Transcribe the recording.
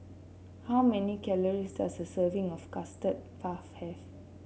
how many calories does a serving of Custard Puff have